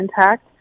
intact